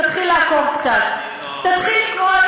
תתחיל לעקוב קצת, תתחיל לקרוא.